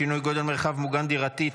שינוי גודל מרחב מוגן דירתי),